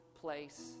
place